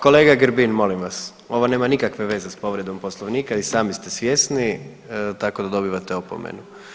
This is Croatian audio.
Kolega Grbin molim vas ovo nema nikakve veze s povredom poslovnika i sami ste svjesni tako da dobivate opomenu.